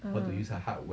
ah